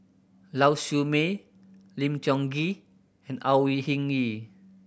Lau Siew Mei Lim Tiong Ghee and Au Hing Yee